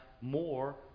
more